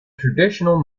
traditional